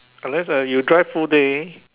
unless ah you drive full day